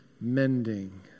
mending